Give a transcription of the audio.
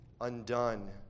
undone